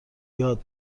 یاد